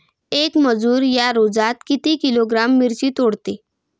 येक मजूर या रोजात किती किलोग्रॅम मिरची तोडते?